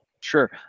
sure